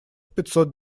пятьсот